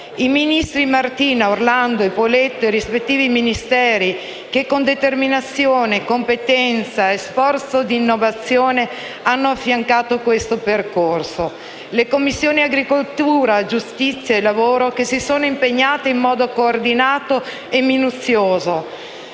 i ministri Martina, Orlando e Poletti e i rispettivi Ministeri che, con determinazione, competenza e sforzo di innovazione, hanno affiancato questo percorso; le Commissioni agricoltura, giustizia e lavoro, che si sono impegnate in modo coordinato e minuzioso;